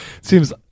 seems